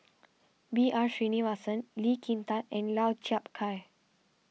B R Sreenivasan Lee Kin Tat and Lau Chiap Khai